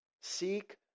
Seek